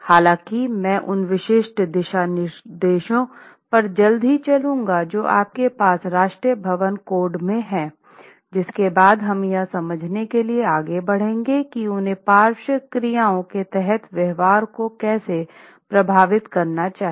इसलिए मैं उन विशिष्ट दिशानिर्देशों पर जल्दी से चलूंगा जो आपके पास राष्ट्रीय भवन कोड में हैं जिसके बाद हम यह समझने के लिए आगे बढ़ेंगे कि उन्हें पार्श्व क्रियाओं के तहत व्यवहार को कैसे प्रभावित करना चाहिए